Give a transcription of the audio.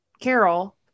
Carol